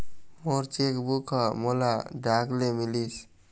मोर cheque book ह मोला डाक ले मिलिस